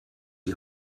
die